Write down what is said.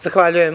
Zahvaljujem.